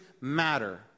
matter